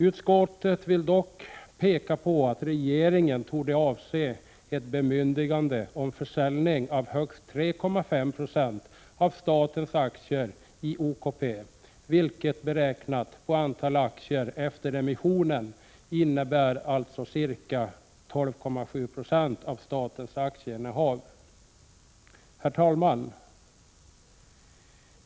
Utskottet vill dock påpeka att regeringen torde avse ett bemyndigande om försäljning av högst 3,5 96 av statens aktier i OKP, vilket beräknat på antal aktier efter emissionen innebär ca 12,7 960 av statens aktieinnehav. Herr talman!